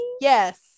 yes